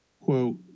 quote